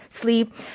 sleep